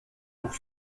pour